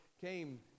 came